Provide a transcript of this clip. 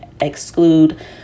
exclude